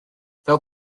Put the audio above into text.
fel